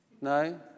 No